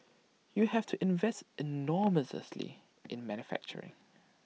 you have to invest enormously in manufacturing